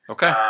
Okay